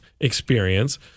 experience